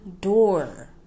door